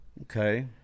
okay